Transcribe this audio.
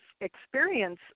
experience